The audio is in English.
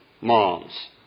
moms